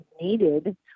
needed